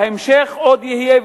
ההמשך עוד יהיה.